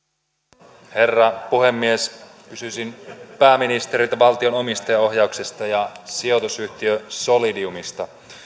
arvoisa herra puhemies kysyisin pääministeriltä valtion omistajaohjauksesta ja sijoitusyhtiö solidiumista